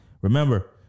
Remember